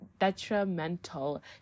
detrimental